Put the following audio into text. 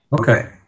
Okay